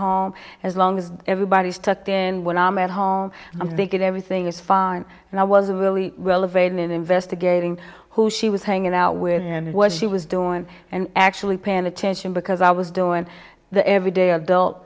home as long as everybody stuck then when i'm at home i'm thinking everything is fine and i was really well of aid in investigating who she was hanging out with and what she was doing and actually paying attention because i was doing the everyday adult